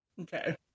Okay